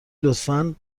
لطفا